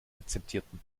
akzeptierten